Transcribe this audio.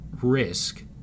risk